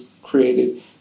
created